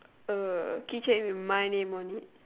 uh keychain with my name on it